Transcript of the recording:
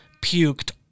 puked